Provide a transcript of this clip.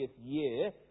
year